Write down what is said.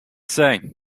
say